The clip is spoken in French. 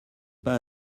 pas